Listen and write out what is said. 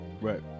Right